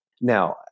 Now